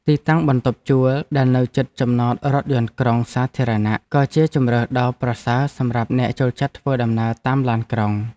ទីតាំងបន្ទប់ជួលដែលនៅជិតចំណតរថយន្តក្រុងសាធារណៈក៏ជាជម្រើសដ៏ប្រសើរសម្រាប់អ្នកចូលចិត្តធ្វើដំណើរតាមឡានក្រុង។